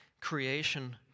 creation